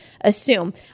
assume